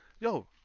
Yo